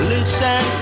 Listen